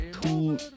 two